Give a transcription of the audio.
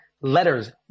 letters